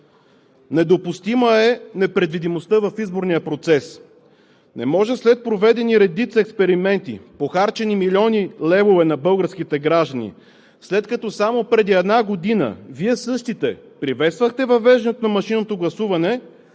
Недопустима е непредвидимостта в изборния процес. Не може след проведени редица експерименти, похарчени милиони левове на българските граждани, след като само преди една година Вие същите приветствахте въвеждането на машинното гласуване,